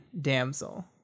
Damsel